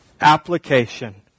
application